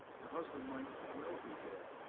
her husband might well be dead.